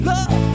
Love